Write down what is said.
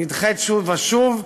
נדחית שוב ושוב,